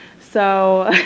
so,